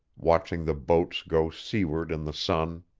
watching the boats go seaward in the sun.